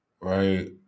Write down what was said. right